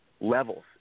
levels